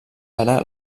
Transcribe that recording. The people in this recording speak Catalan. ara